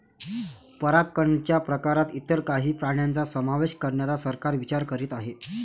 परागकणच्या प्रकारात इतर काही प्राण्यांचा समावेश करण्याचा सरकार विचार करीत आहे